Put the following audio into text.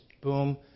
boom